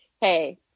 hey